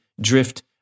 drift